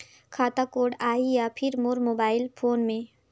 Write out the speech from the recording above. खाता कोड आही या फिर मोर मोबाइल फोन मे?